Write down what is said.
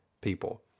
people